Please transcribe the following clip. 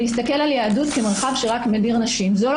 להסתכל על יהדות כמרחב שרק מדיר נשים זו לא